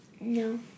No